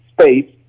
space